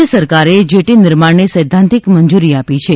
રાજ્ય સરકારે જેટી નિર્માણને સૈધ્ધાંતિક મંજૂરી આપી છે